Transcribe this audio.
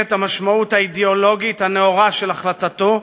את המשמעות האידיאולוגית הנאורה של החלטתו,